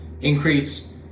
increase